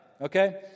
okay